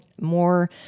more